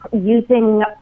using